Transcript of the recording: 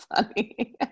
funny